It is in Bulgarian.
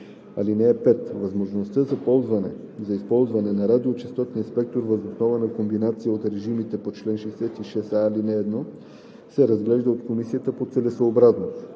ал. 3. (5) Възможността за използване на радиочестотния спектър въз основа на комбинация от режимите по чл. 66а, ал. 1 се разглежда от комисията по целесъобразност,